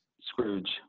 Scrooge